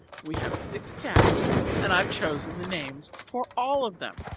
we have six calves and i've chosen the names for all of them.